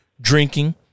drinking